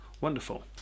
Wonderful